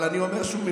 אבל אני אומר שוב,